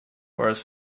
whereas